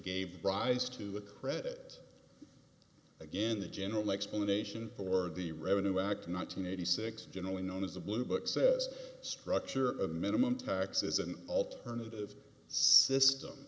gave rise to a credit again the general explanation for the revenue act nine hundred eighty six generally known as the blue book says structure a minimum tax is an alternative system